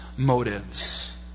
Motives